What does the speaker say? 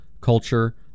culture